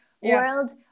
world